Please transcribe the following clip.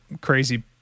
crazy